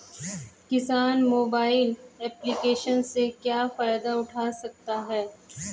किसान mobile application से क्या फायदा उठा सकता है?